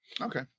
okay